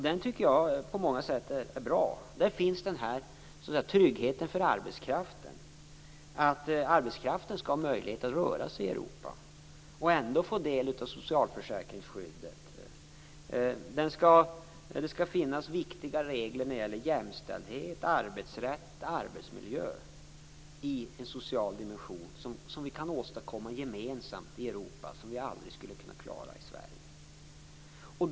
Jag tycker att den på många sätt är bra. Där finns tryggheten för arbetskraften, i att arbetskraften skall ha möjlighet att röra sig i Europa och ändå få del av socialförsäkringsskyddet. Det skall finnas viktiga regler när det gäller jämställdhet, arbetsrätt och arbetsmiljö i en social dimension, som vi kan åstadkomma gemensamt i Europa men som vi aldrig skulle kunna klara i Sverige.